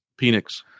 Penix